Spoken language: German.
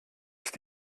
ist